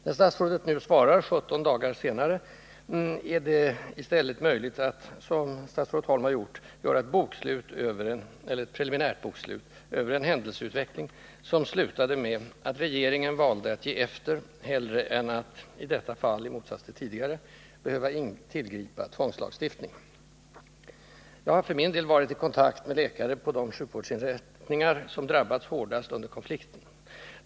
När statsrådet nu svarar, 17 dagar senare, är det i stället möjligt att, som statsrådet Holm har gjort, redovisa ett preliminärt bokslut över en händelseutveckling som slutade med att regeringen valde att i detta fall — i motsats till ett tidigare — ge efter hellre än att behöva tillgripa tvångslagstiftning. Jag har för min del varit i kontakt med läkare på de sjukvårdsinrättningar som drabbats hårdast under konflikten.